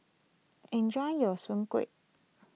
enjoy your Soon Kueh